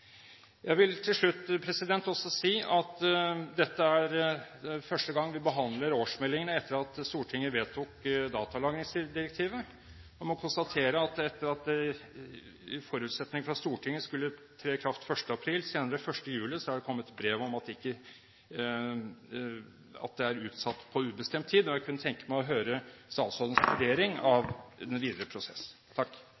Jeg vil til slutt også si at dette er første gang vi behandler årsmeldingene etter at Stortinget vedtok datalagringsdirektivet, og må konstatere at det, etter Stortingets forutsetning om at det skulle tre i kraft 1. april, senere 1. juli, er kommet brev om at det er utsatt på ubestemt tid. Jeg kunne tenkt meg å høre statsrådens vurdering